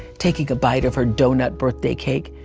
taking a bite of her doughnut birthday cake.